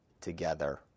together